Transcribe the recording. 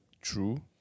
true